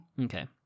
Okay